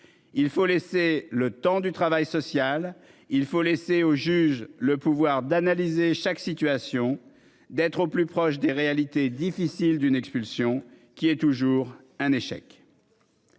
Il faut laisser le temps du travail social. Il faut laisser au juge le pouvoir d'analyser chaque situation d'être au plus proche des réalités difficiles d'une expulsion qui est toujours un échec.